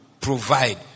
provide